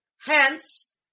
hence